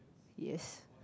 yes